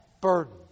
burden